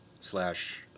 slash